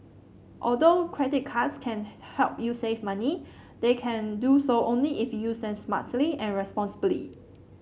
although credit cards can help you save money they can do so only if you use them smartly and responsibly